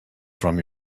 from